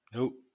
Nope